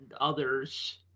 others